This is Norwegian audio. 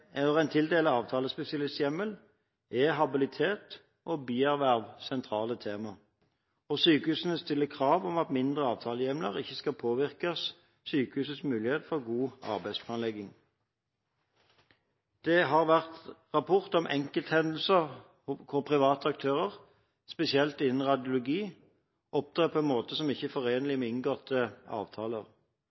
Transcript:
habilitet og bierverv sentrale tema, og sykehusene stiller krav om at færre avtalehjemler ikke skal påvirke sykehusets muligheter for god arbeidsplanlegging. Det har vært rapportert om enkelthendelser hvor private aktører, spesielt innen radiologi, opptrer på en måte som ikke er forenlig med inngåtte avtaler.